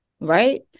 right